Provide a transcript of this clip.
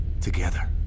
together